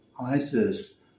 Isis